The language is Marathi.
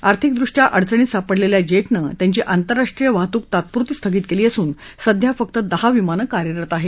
आर्थिकदृष्ट्या अडचणीत सापडलेल्या जेटनं त्यांची आंतरराष्ट्रीय वाहतूक तात्पुरती स्थगित केली असून सध्या फक्त दहा विमानं कार्यरत आहेत